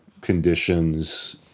conditions